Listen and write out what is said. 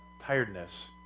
tiredness